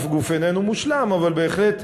אף גוף איננו מושלם אבל בהחלט,